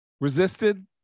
resisted